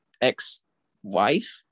ex-wife